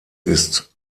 ist